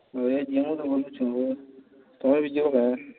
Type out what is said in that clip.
ତୁମେ ବି ଯିବ ବା